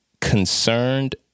concerned